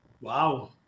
wow